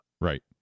Right